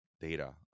data